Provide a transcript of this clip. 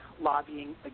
lobbying